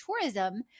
tourism